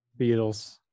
Beatles